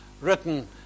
written